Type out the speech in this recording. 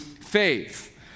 faith